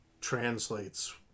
translates